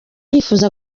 yifuza